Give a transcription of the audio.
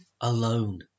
alone